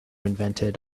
invented